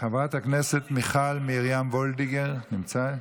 חברת הכנסת מיכל מרים וולדיגר נמצאת?